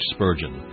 Spurgeon